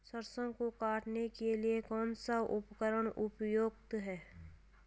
सरसों को काटने के लिये कौन सा उपकरण उपयुक्त है?